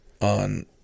on